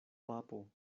papo